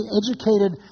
educated